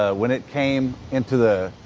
ah when it came into the.